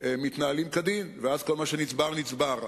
מתנהלים כדין, ואז כל מה שנצבר נצבר.